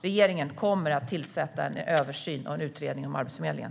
Regeringen kommer att tillsätta en översyn och en utredning om Arbetsförmedlingen.